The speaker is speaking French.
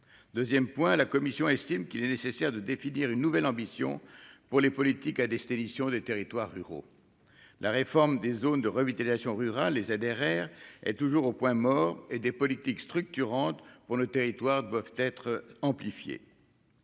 2ème point, la commission estime qu'il est nécessaire de définir une nouvelle ambition pour les politiques à destination des territoires ruraux, la réforme des zones de revitalisation rurale les ZRR est toujours au point mort et des politiques structurantes pour le territoire doivent être amplifié